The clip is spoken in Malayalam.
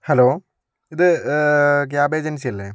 ഹലോ ഇത് ക്യാബ് ഏജൻസി അല്ലെ